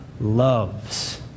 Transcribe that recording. loves